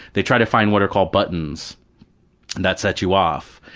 they try to find what are called buttons that set you off,